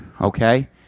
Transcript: okay